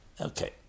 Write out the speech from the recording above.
Okay